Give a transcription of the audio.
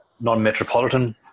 non-metropolitan